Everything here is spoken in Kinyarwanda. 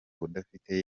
udafite